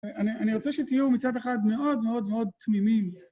אני רוצה שתהיו מצד אחד מאוד מאוד מאוד תמימים.